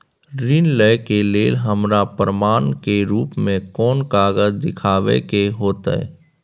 ऋण लय के लेल हमरा प्रमाण के रूप में कोन कागज़ दिखाबै के होतय?